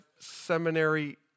seminary